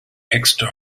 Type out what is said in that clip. extra